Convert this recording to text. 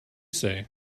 say